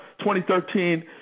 2013